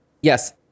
yes